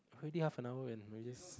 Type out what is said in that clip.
already half an hour and we are just